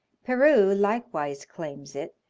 peru likewise claims it,